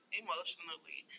emotionally